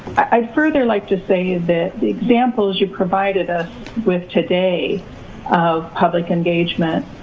i'd further like to say that the examples you've provided us with today of public engagement